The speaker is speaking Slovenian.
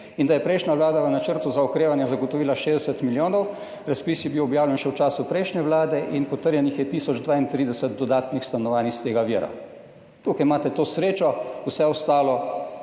in da je prejšnja vlada v načrtu za okrevanje zagotovila 60 milijonov, razpis je bil objavljen še v času prejšnje vlade in potrjenih je tisoč 32 dodatnih stanovanj iz tega vira. Tukaj imate to srečo, vse ostalo,